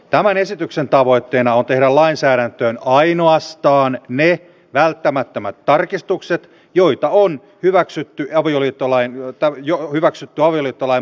tämän esityksen tavoitteena on tehdä lainsäädäntöön ainoastaan ne välttämättömät tarkistukset joita hyväksytty avioliittolain muutos edellyttää